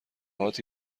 هات